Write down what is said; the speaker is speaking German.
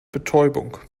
betäubung